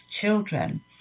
children